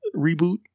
reboot